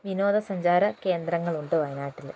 വിനോദ സഞ്ചാര കേന്ദ്രങ്ങളുണ്ട് വയനാട്ടിൽ